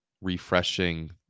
refreshing